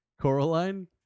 Coraline